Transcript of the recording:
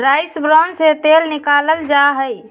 rice bran से तेल निकाल्ल जाहई